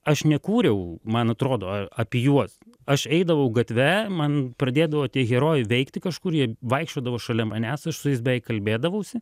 aš nekūriau man atrodo apie juos aš eidavau gatve man pradėdavo tie herojai veikti kažkur jie vaikščiodavo šalia manęs aš su jais beveik kalbėdavausi